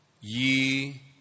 ye